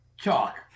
chalk